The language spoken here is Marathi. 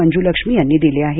मंजूलक्ष्मी यांनी दिले आहेत